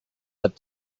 but